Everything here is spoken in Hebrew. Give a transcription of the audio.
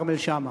כרמל שאמה,